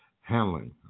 handling